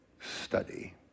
study